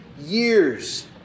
years